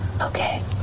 Okay